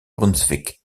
brunswick